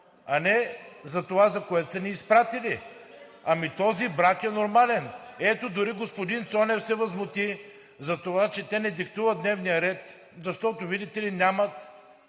а не за това, за което са ни изпратили. Ами този брак е нормален. Ето, дори господин Цонев се възмути за това, че те не диктуват дневния ред, защото, видите ли, нямат